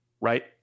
right